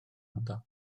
ynddo